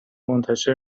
منتشر